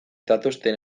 datozen